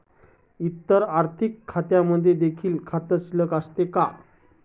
इतर आर्थिक खात्यांमध्ये देखील खाते शिल्लक असते का?